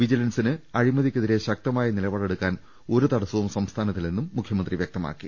വിജിലൻസിന് അഴിമതിക്കെ തിരെ ശക്തമായ നിലപാട് എടുക്കാൻ ഒരു തട്ടസവും സംസ്ഥാന ത്തില്ലെന്നും മുഖ്യമന്ത്രി വൃക്തമാക്കി